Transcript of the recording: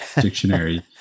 dictionary